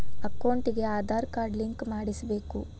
ಅಕೌಂಟಿಗೆ Aadhaar card link ಮಾಡಿಸಬೇಕು?